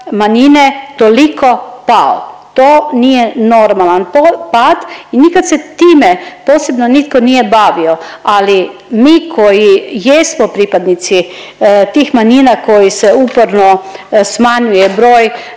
toliko pao. To nije normalan pad i nikad se time posebno nitko nije bavio ali mi koji jesmo pripadnici tih manjina koji se uporno smanjuje broj,